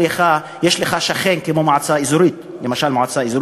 יש לך שכן כמו למשל המועצה האזורית משגב,